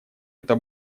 это